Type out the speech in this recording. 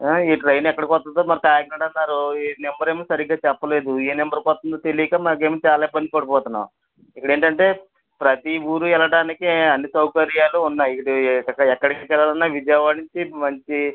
ఈ ట్రైన్ ఎక్కడికి వస్తుందో మరి కాకినాడ అన్నారు ఈ నంబరేమో సరిగ్గా చెప్పలేదు ఏ నెంబర్కి వస్తుందో తెలియక మాకేమో చాలా ఇబ్బంది పడిపోతున్నాము ఇక్కడేంటంటే ప్రతీ ఊరూ వెళ్ళడానికి అన్ని సౌకర్యాలు ఉన్నాయి ఇటు ఈ ఎక్కడికి తీసుకెళ్ళాలన్నా విజయవాడ నుంచి మంచి